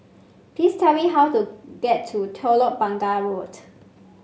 please tell me how to get to Telok Blangah Road